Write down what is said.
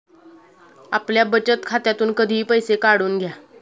आपल्या बचत खात्यातून कधीही पैसे काढून घ्या